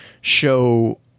show